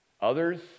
Others